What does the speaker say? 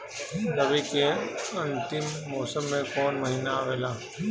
रवी के अंतिम मौसम में कौन महीना आवेला?